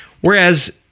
Whereas